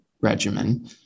regimen